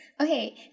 Okay